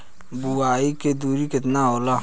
बुआई के दूरी केतना होला?